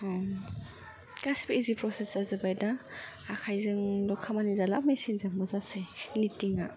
गासिबो ईजि प्र'सेस जाजोबबाय दा आखाइजों ल' खामानि जाला दा मेशिनजोंबो जासै